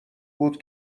بود